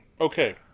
okay